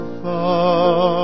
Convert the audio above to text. far